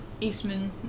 Eastman